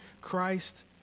Christ